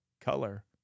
Color